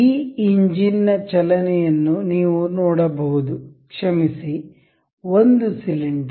ಈ ಇಂಜಿನ್ ನ ಚಲನೆಯನ್ನು ನೀವು ನೋಡಬಹುದು ಕ್ಷಮಿಸಿ ಒಂದು ಸಿಲಿಂಡರ್